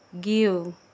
give